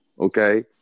Okay